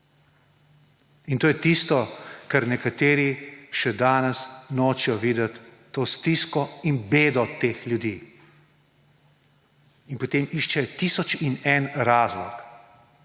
In to je tisto, kar nekateri še danes nočejo videti, to stisko in bedo teh ljudi. Potem iščejo tisoč in en razlog,